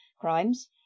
crimes